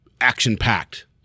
action-packed